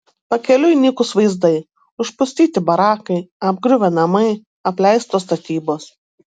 pakeliui nykūs vaizdai užpustyti barakai apgriuvę namai apleistos statybos